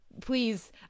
please